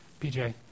PJ